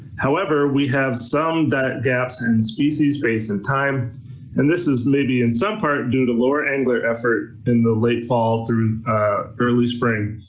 however, we have some gaps in species, space and time and this is maybe in some part due to lower angler effort in the late fall through early spring,